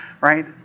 right